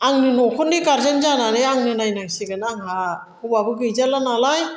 आंनो न'खरनि गारजेन जानानै आंनो नायनांसिगोन आंहा हौवाबो गैजाला नालाय